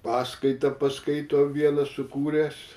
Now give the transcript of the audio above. paskaitą paskaito vieną sukūręs